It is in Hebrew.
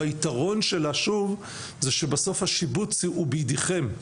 והיתרון שלה, שוב, שבסוף השיבוץ הוא בידיכם.